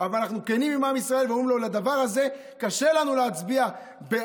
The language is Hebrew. אנחנו כנים עם עם ישראל ואומרים לו שבדבר הזה קשה לנו להצביע בעד.